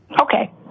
Okay